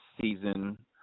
season